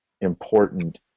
important